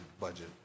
budget